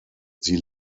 sie